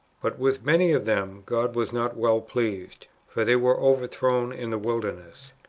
but with many of them god was not well pleased, for they were overthrown in the wilderness.